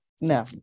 No